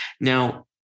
Now